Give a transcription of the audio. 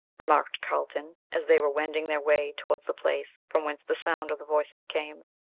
remarked carlton, as they were wending their way towards the place from whence the sound of the voices came.